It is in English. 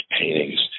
paintings